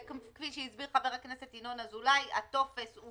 וכפי שהסביר חבר הכנסת ינון אזולאי, הטופס הוא